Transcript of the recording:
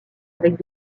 avec